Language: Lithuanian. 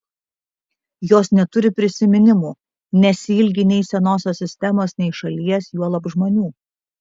jos neturi prisiminimų nesiilgi nei senosios sistemos nei šalies juolab žmonių